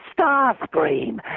Starscream